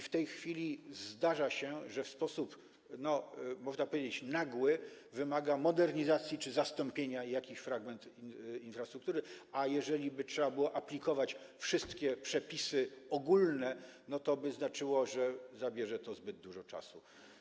W tej chwili zdarza się, że w sposób, można powiedzieć, nagły wymaga modernizacji czy zastąpienia jakiś fragment infrastruktury, a jeżeli trzeba by było aplikować wszystkie przepisy ogólne, toby znaczyło, że zabierze to zbyt dużo czasu.